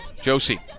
Josie